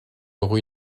rue